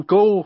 go